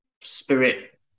spirit